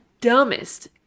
dumbest